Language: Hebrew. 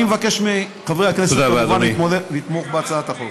אני מבקש מחברי הכנסת לתמוך בהצעת החוק.